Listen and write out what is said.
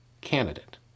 candidate